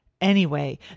Anyway